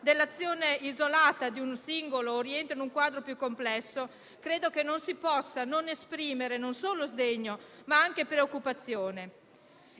dell'azione isolata di un singolo oppure se rientra in un quadro più complesso, credo non si possa non esprimere non solo sdegno, ma anche preoccupazione.